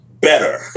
better